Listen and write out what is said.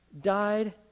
died